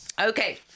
Okay